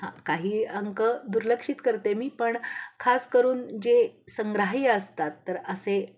हां काही अंक दुर्लक्षित करते मी पण खास करून जे संग्राह्य असतात तर असे